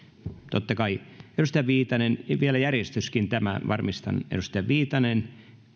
totta kai vielä järjestyskin tämä varmistan edustajat viitanen